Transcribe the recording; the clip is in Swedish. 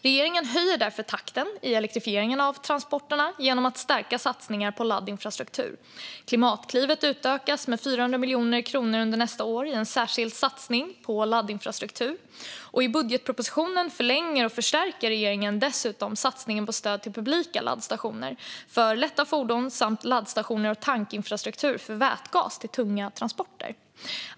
Regeringen höjer därför takten i elektrifieringen av transporterna genom att förstärka satsningarna på laddinfrastruktur. Klimatklivet utökas med 400 miljoner kronor under nästa år i en särskild satsning på laddinfrastruktur, och i budgetpropositionen förlänger och förstärker regeringen dessutom satsningen på stöd till publika laddstationer för lätta fordon samt laddstationer och tankinfrastruktur för vätgas till tunga transporter.